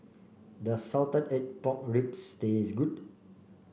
does Salted Egg Pork Ribs taste good